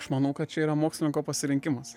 aš manau kad čia yra mokslininko pasirinkimas